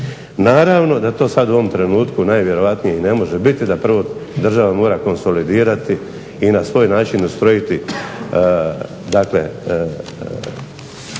Naravno da to u ovom trenutku sada najvjerojatnije ne može biti da prvo država mora konsolidirati i na svoj način ustrojiti